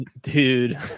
Dude